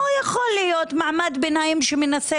או אנשים